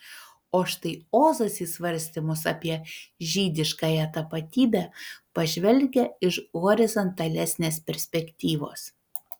o štai ozas į svarstymus apie žydiškąją tapatybę pažvelgia iš horizontalesnės perspektyvos